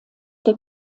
der